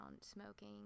smoking